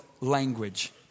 language